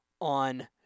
on